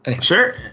sure